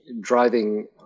driving